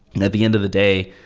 and at the end of the day,